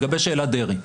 לגבי שאלת דרעי.